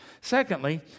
Secondly